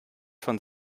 von